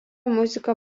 muziką